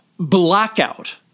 blackout